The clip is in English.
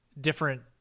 different